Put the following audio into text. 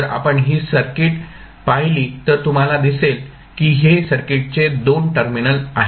जर आपण ही सर्किट पाहिली तर तुम्हाला दिसेल की हे सर्किटचे 2 टर्मिनल आहेत